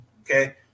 Okay